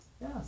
Yes